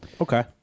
Okay